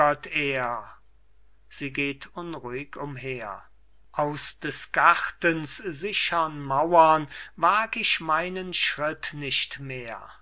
aus des gartens sichern mauern wag ich meinen schritt nicht mehr